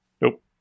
Nope